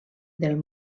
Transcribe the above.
del